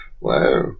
Wow